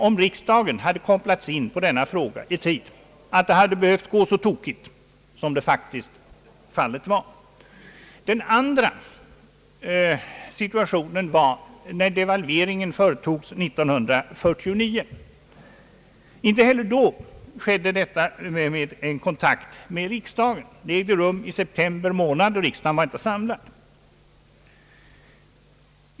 Om riksdagen hade kopplats in på denna fråga i tid, är det inte säkert, att resultatet hade blivit så tokigt, som det nu blev. Den andra situation jag vill nämna i det här sammanhanget var devalveringen år 1949. Inte heller då togs någon kontakt med riksdagen. Devalveringen ägde rum i september, då riksdagen inte var samlad.